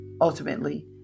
Ultimately